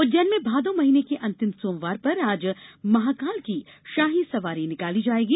उज्जैन में भादौ महीने के अंतिम सोमवार को आज महाकाल की शाही सवारी निकाली जायेगी